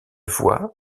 voies